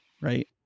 right